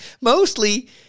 mostly